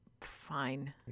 fine